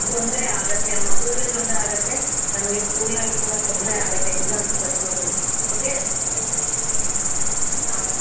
ತೊಂದರೆ ಆಗುತ್ತೆ ಮಗುಗೆ ತೊಂದರೆ ಆಗುತ್ತೆ ನಮಗೆ ಸ್ಕೂಲ್ನಲ್ಲಿ ಕೂಡ ತೊಂದರೆ ಆಗುತ್ತೆ ಎಕ್ಸಾಮ್ಸ್ ಬರ್ಸೊದಕ್ಕೆ ಓಕೆ ಹಾಂ ಹಾಂ